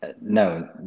No